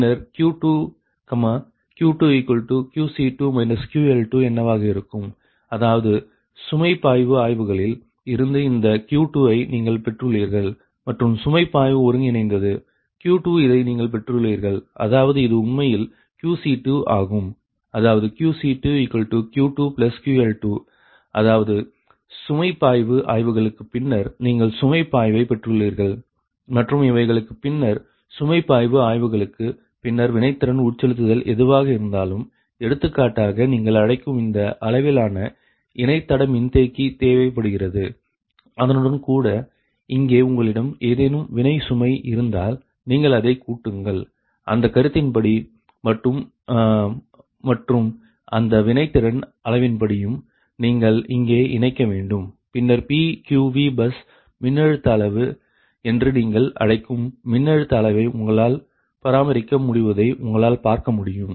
பின்னர் Q2 Q2QC2 QL2 என்னவாக இருக்கும் அதாவது சுமை பாய்வு ஆய்வுகளில் இருந்து இந்த Q2ஐ நீங்கள் பெற்றுள்ளீர்கள் மற்றும் சுமை பாய்வு ஒருங்கிணைந்தது Q2இதை நீங்கள் பெற்றுள்ளீர்கள் அதாவது இது உண்மையில் QC2ஆகும் அதாவது QC2Q2QL2 அதாவது சுமை பாய்வு ஆய்வுகளுக்கு பின்னர் நீங்கள் சுமை பாய்வை பெற்றுள்ளீர்கள் மற்றும் இவைகளுக்கு பின்னர் சுமை பாய்வு ஆய்வுகளுக்கு பின்னர் வினைத்திறன் உட்செலுத்தல் எதுவாக இருந்தாலும் எடுத்துக்காட்டாக நீங்கள் அழைக்கும் இந்த அளவிலான இணைத்தட மின்தேக்கி தேவைப்படுகிறது அதனுடன்கூட இங்கே உங்களிடம் ஏதேனும் வினை சுமை இருந்தால் நீங்கள் அதை கூட்டுங்கள் அந்த கருத்தின்படி மட்டும் மற்றும் அந்த வினைத்திறன் அளவின்படியும் நீங்கள் இங்கே இணைக்க வேண்டும் பின்னர் PQVபஸ் மின்னழுத்த அளவு என்று நீங்கள் அழைக்கும் மின்னழுத்த அளவை உங்களால் பராமரிக்க முடிவதை உங்களால் பார்க்க முடியும்